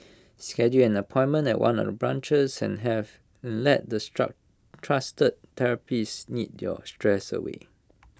schedule an appointment at one of the branches and have let the trusted therapists knead your stress away